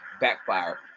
backfire